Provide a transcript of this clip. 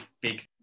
big